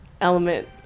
element